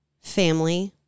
family